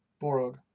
Borog